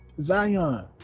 Zion